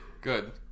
Good